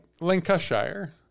Lancashire